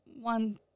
one